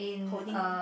holding